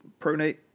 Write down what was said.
pronate